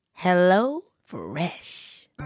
HelloFresh